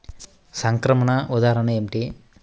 సంక్రమణ ఉదాహరణ ఏమిటి?